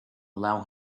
allow